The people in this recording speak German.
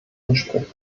entspricht